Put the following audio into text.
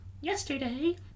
yesterday